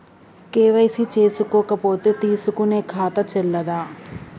KYC చేసుకోకపోతే తీసుకునే ఖాతా చెల్లదా?